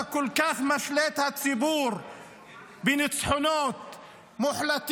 אתה כל כך משלה את הציבור בניצחונות מוחלטים.